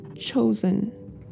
chosen